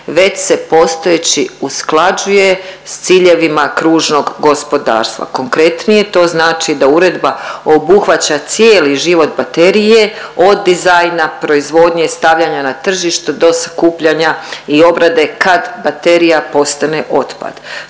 već se postojeći usklađuje s ciljevima kružnog gospodarstva. Konkretnije, to znači da uredba obuhvaća cijeli život baterije od dizajna, proizvodnje, stavljanja na tržište do skupljanja i obrade kad baterija postane otpad.